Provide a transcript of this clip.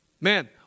Man